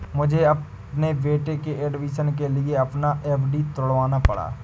मुझे अपने बेटे के एडमिशन के लिए अपना एफ.डी तुड़वाना पड़ा